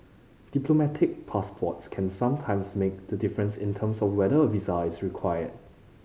diplomatic passports can sometimes make the difference in terms of whether a visa is required